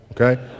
okay